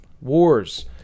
wars